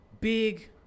big